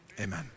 amen